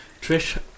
Trish